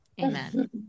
Amen